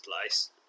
place